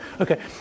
Okay